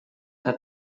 que